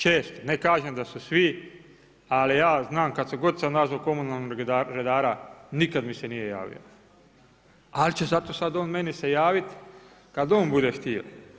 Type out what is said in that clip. Često ne kažem da su svi, ali ja znam kad sam god nazvao komunalnog redara nikad mi se nije javio, ali će zato sad on meni se javiti kad on bude htio.